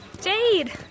Jade